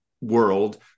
world